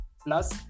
plus